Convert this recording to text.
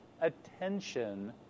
attention